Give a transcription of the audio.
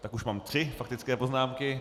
Tak už mám tři faktické poznámky.